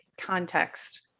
context